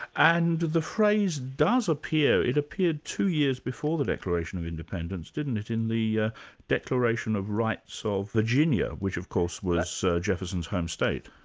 and the phrase does appear, it appeared two years before the declaration of independence, didn't it, in the yeah declaration of rights so of virginia, which of course was jefferson's home state.